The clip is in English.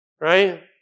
Right